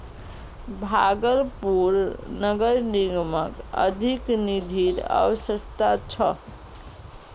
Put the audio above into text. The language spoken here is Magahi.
भागलपुर नगर निगमक अधिक निधिर अवश्यकता छ